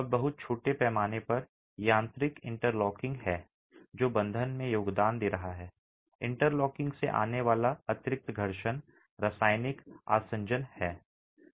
और बहुत छोटे पैमाने पर यांत्रिक इंटरलॉकिंग है जो बंधन में योगदान दे रहा है इंटरलॉकिंग से आने वाला अतिरिक्त घर्षण रासायनिक आसंजन है